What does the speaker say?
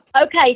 Okay